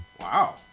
Wow